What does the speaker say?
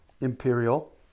Imperial